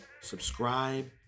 Subscribe